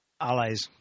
allies